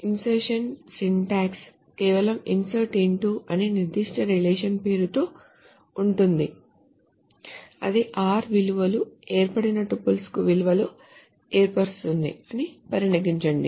insertion syntax కేవలం INSERT INTO అని నిర్దిష్ట రిలేషన్ పేరుతో ఉంటుంది అది r విలువలు ఏర్పడిన టపుల్స్ కు విలువలను ఏర్పరుస్తుంది అని పరిగణించండి